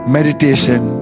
Meditation